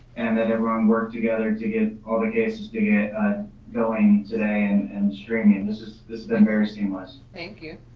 and that everyone worked together to get all the cases to get ah going today and and sharing and this has been very seamless. thank you.